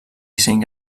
disseny